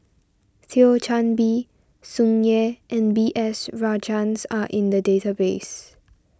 Thio Chan Bee Tsung Yeh and B S Rajhans are in the database